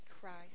Christ